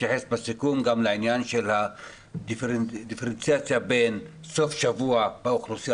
לעניין של הדיפרנציאציה בין סוף שבוע באוכלוסייה